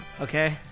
okay